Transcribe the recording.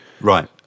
Right